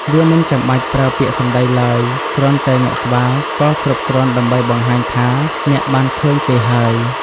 វាមិនចាំបាច់ប្រើពាក្យសម្ដីឡើយ គ្រាន់តែងក់ក្បាលក៏គ្រប់គ្រាន់ដើម្បីបង្ហាញថាអ្នកបានឃើញគេហើយ។